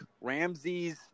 Ramsey's